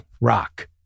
rock